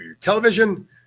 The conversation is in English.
television